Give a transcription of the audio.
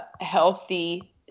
healthy